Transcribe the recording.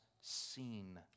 seen